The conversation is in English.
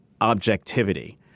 objectivity